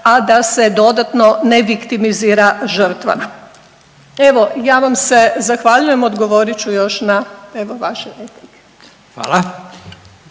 a da se dodatno ne viktimizira žrtva. Evo, ja vam se zahvaljujem. Odgovorit ću još na evo, vaše